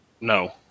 No